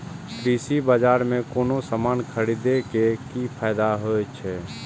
कृषि बाजार में कोनो सामान खरीदे के कि फायदा होयत छै?